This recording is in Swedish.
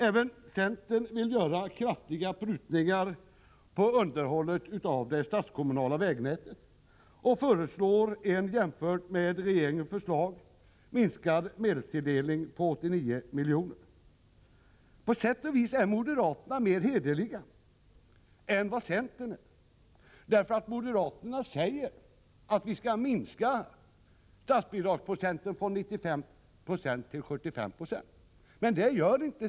Även centern vill göra kraftiga prutningar på underhållet av det statskommunala vägnätet och föreslår en jämfört med regeringens förslag minskad medelstilldelning på 89 milj.kr. På sätt och vis är moderaterna hederligare än centern, därför att moderaterna säger att statsbidragen skall minskas från 95 96 till 75 26. Det gör alltså inte centern.